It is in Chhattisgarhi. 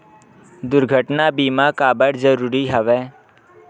दुर्घटना बीमा काबर जरूरी हवय?